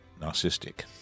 narcissistic